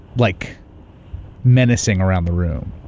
like menacing around the room.